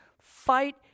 Fight